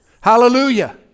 Hallelujah